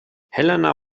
helena